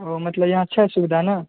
ओ मतलब इएह छै सुबिधा ने